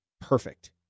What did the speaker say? perfect